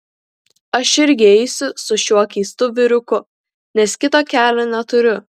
aš irgi eisiu su šiuo keistu vyruku nes kito kelio neturiu